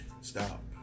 stop